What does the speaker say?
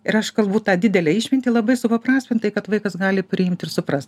ir aš kalbu tą didelę išmintį labai supaprastintai kad vaikas gali priimt ir suprast